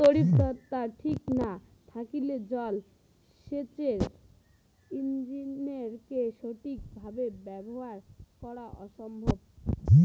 তড়িৎদ্বার ঠিক না থাকলে জল সেচের ইণ্জিনকে সঠিক ভাবে ব্যবহার করা অসম্ভব